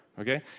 okay